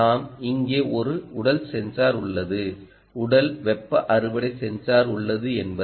நாம் இங்கே ஒரு உடல் சென்சார் உள்ளது உடல் வெப்ப அறுவடை சென்சார் உள்ளது என்பதை